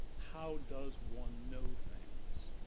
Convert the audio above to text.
how does one know things?